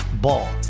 Ball